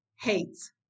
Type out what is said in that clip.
hates